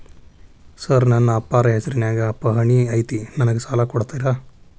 Sir ನನ್ನ ಅಪ್ಪಾರ ಹೆಸರಿನ್ಯಾಗ್ ಪಹಣಿ ಐತಿ ನನಗ ಸಾಲ ಕೊಡ್ತೇರಾ?